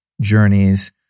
journeys